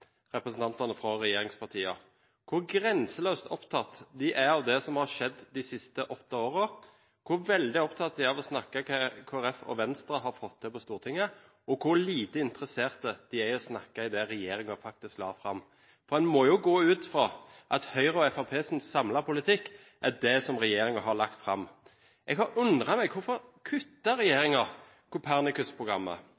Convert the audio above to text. representantene fra regjeringspartiene er av det som har skjedd de siste åtte årene, hvor veldig opptatt de er av å snakke om hva Kristelig Folkeparti og Venstre har fått til på Stortinget, og hvor lite interessert de er i snakke om det regjeringen faktisk la fram. For en må jo gå ut fra at Høyres og Fremskrittspartiets samlede politikk er det som regjeringen har lagt fram. Jeg har undret meg over: Hvorfor kutter